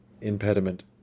impediment